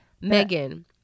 Megan